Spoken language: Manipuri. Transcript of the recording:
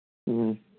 ꯎꯝ